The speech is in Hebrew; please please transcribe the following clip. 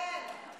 כן.